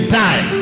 die